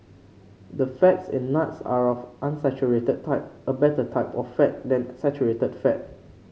the fats in nuts are of unsaturated type a better type of fat than saturated fat